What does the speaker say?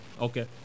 Okay